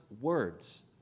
words